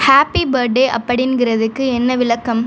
happy birthday அப்படிங்கிறதுக்கு என்ன விளக்கம்